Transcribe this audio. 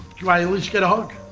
do i at least get a hug?